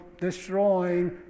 destroying